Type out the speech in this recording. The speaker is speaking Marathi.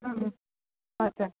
ह अच्छा